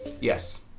Yes